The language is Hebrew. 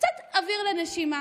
קצת אוויר לנשימה.